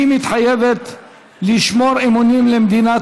"אני מתחייבת לשמור אמונים למדינת